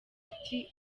ati